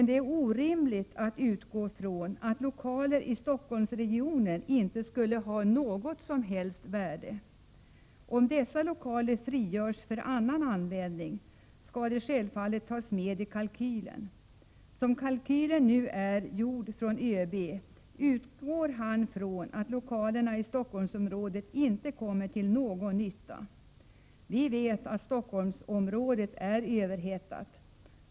Det är orimligt att utgå från att lokaler i Stockholmsregionen inte skulle ha något som helst värde. Om dessa lokaler frigörs för annan användning skall detta självfallet tas med i kalkylen. Som ÖB:s kalkyl nu är gjord utgår han från att lokalerna i Stockholmsområdet inte kommer till någon nytta. Vi vet att Stockholmsområdet är överhettat.